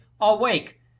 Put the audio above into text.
awake